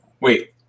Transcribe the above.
Wait